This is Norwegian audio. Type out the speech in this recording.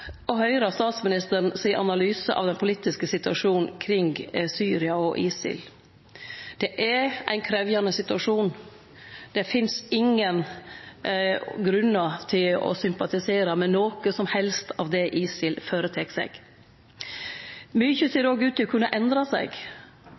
å høyre statsministeren sin analyse av den politiske situasjonen kring Syria og ISIL. Det er ein krevjande situasjon. Det finst ingen grunnar til å sympatisere med noko som helst av det ISIL føretek seg. Mykje ser